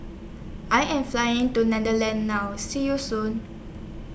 I Am Flying to Netherlands now See YOU Soon